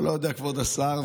כבוד השר,